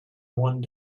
one